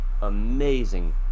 amazing